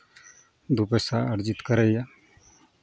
दू पैसा अर्जित करैए